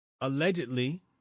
allegedly